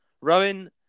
Rowan